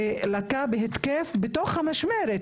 שלקה בהתקף לב בתוך המשמרת,